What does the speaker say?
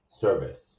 Service